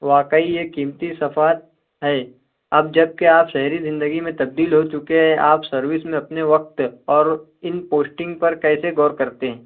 واقعی یہ قیمتی صفات ہے اب جب کہ آپ شہری زندگی میں تبدیل ہو چکے ہیں آپ سروس میں اپنے وقت اور ان پوسٹنگ پر کیسے غور کرتے ہیں